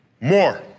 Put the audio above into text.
More